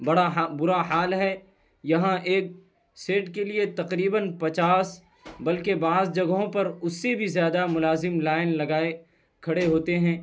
بڑا برا حال ہے یہاں ایک سیٹ کے لیے تقریباً پچاس بلکہ بعض جگہوں پر اس سے بھی زیادہ ملازم لائن لگائے کھڑے ہوتے ہیں